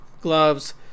gloves